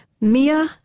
Mia